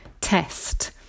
test